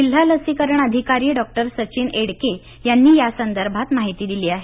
जिल्हा लसीकरण अधिकारी डॉक्टर सचिन एडके यांनी यासंदर्भात माहिती दिली आहे